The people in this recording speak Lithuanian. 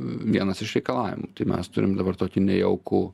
vienas iš reikalavimų mes turim dabar tokį nejaukų